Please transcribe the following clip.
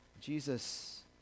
Jesus